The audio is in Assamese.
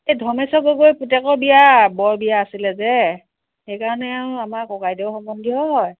এই ধৰ্মেশ্বৰ গগৈৰ পুতেকৰ বিয়া বৰবিয়া আছিলে যে সেইকাৰণে আৰু আমাৰ ককাইদেউ সম্বন্ধীয় হয়